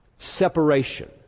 Separation